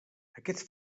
aquests